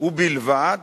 ובלבד